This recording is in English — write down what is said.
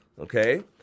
okay